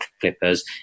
clippers